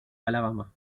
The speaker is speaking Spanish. alabama